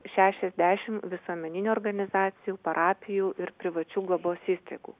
šešiasdešimt visuomeninių organizacijų parapijų ir privačių globos įstaigų